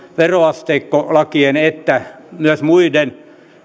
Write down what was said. veroasteikkolakien että myös muiden